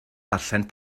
darllen